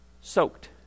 soaked